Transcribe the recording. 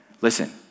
listen